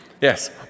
Yes